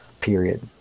period